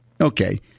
Okay